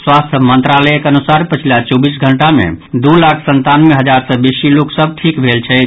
स्वास्थ्य मंत्रालयक अनुसार पछिला चौबीस घंटा मे दू लाख संतानवे हजार सँ बेसी लोक सभ ठीक भेल छथि